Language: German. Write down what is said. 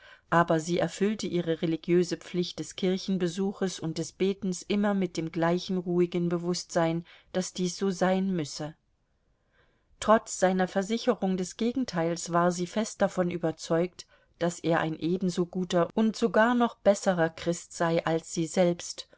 aber sie erfüllte ihre religiöse pflicht des kirchenbesuches und des betens immer mit dem gleichen ruhigen bewußtsein daß dies so sein müsse trotz seiner versicherung des gegenteils war sie fest davon überzeugt daß er ein ebenso guter und sogar noch besserer christ sei als sie selbst